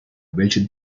welche